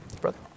Brother